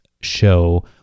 show